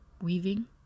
Weaving